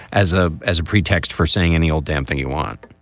as a as a pretext for saying any old damn thing you want,